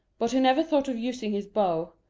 but he never thought of using his bow,